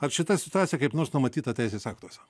ar šita situacija kaip nors numatyta teisės aktuose